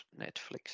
Netflix